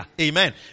Amen